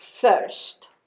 first